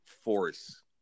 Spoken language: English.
force